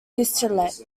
dirichlet